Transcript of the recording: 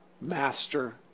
master